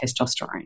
testosterone